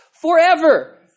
forever